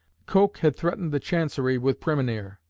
coke had threatened the chancery with praemunire.